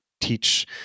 teach